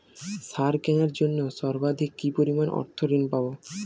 সার কেনার জন্য সর্বাধিক কি পরিমাণ অর্থ ঋণ পাব?